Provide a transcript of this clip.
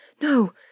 No